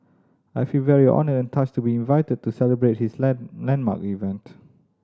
I feel very honoured and touched to be invited to celebrate his land landmark event